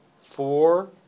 four